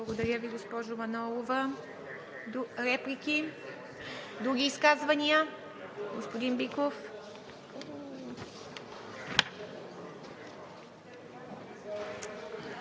Благодаря Ви, госпожо Манолова. Реплики? Други изказвания? Господин Биков.